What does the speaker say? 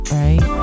right